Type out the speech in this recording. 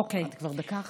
את כבר דקה אחרי.